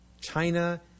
China